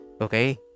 Okay